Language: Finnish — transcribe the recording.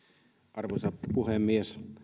arvoisa puhemies